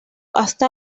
hasta